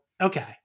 Okay